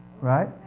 right